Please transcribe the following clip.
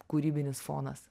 kūrybinis fonas